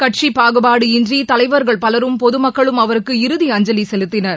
கட்சிப் பாகுபாடு இன்றி தலைவர்கள் பலரும் பொது மக்களும் அவருக்கு இறுதி அஞ்சலி செலுத்தினர்